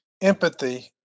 empathy